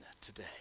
today